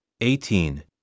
eighteen